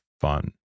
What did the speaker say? fun